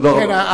תודה רבה.